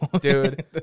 Dude